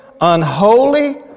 unholy